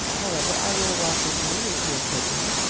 however, i will walk with you if you'll take me.